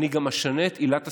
אני גם אשנה את עילת הסבירות.